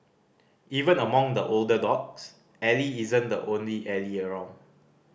even among the older dogs Ally isn't the only Ally around